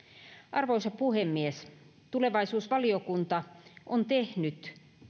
arvoisa puhemies tulevaisuusvaliokunta on tehnyt